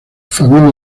familia